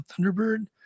Thunderbird